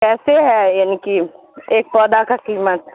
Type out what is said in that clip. کیسے ہے یعنی کی ایک پودا کا قیمت